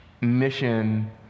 mission